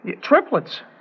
Triplets